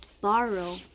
borrow